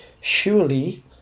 surely